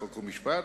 חוק ומשפט,